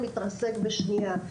מתרסק בשנייה.